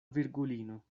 virgulino